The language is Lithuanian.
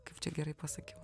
kaip čia gerai pasakiau